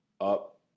up